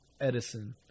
edison